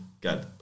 Good